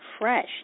fresh